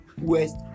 west